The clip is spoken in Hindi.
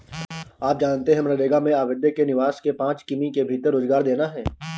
आप जानते है मनरेगा में आवेदक के निवास के पांच किमी के भीतर रोजगार देना है?